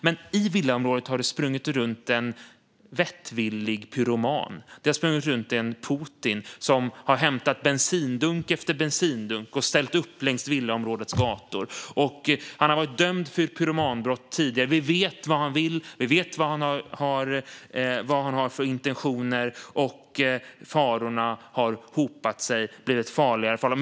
Men i villaområdet har det sprungit runt en vettvillig pyroman. Det har sprungit runt en Putin, som har hämtat bensindunk efter bensindunk och ställt upp dem längs villaområdets gator. Han har varit dömd för pyromanbrott tidigare. Vi vet vad han vill. Vi vet vad han har för intentioner, och farorna har hopat sig. Det har blivit farligare och farligare.